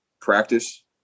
practice